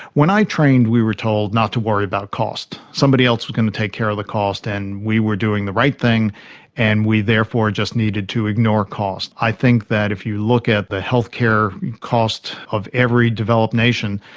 when i trained we were told not to worry about cost. somebody else was got to take care of the cost and we were doing the right thing and we therefore just needed to ignore costs. i think that if you look at the healthcare cost of every developed nation,